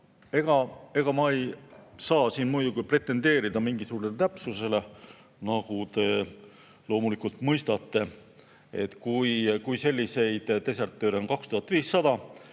Ega ma ei saa siin muidugi pretendeerida mingisugusele täpsusele, nagu te loomulikult mõistate. Kui selliseid desertööre on 2500,